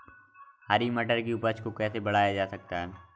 हरी मटर की उपज को कैसे बढ़ाया जा सकता है?